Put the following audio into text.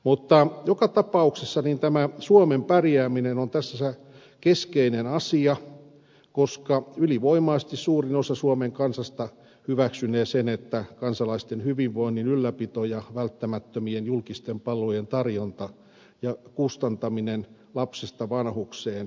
mutta joka tapauksessa tämä suomen pärjääminen on tässä se keskeinen asia koska ylivoimaisesti suurin osa suomen kansasta hyväksynee sen että kansalaisten hyvinvoinnin ylläpito ja välttämättömien julkisten palveluiden tarjonta ja kustantaminen lapsista vanhuksiin onnistuu